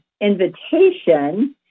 invitation